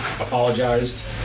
apologized